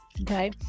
okay